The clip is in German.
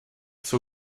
zur